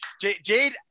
Jade